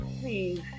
please